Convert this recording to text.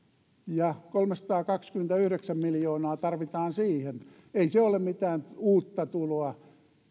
ja kolmesataakaksikymmentäyhdeksän miljoonaa tarvitaan siihen ei se ole mitään uutta tuloa